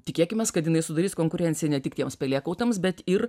tikėkimės kad jinai sudarys konkurenciją ne tik tiems pelėkautams bet ir